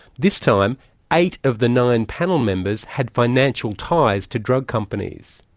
this time eight of the nine panel members had financial ties to drug companies.